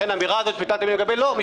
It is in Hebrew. לכן האמירה הזו מצד היושב ראש,